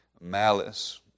malice